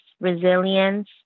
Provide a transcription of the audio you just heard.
resilience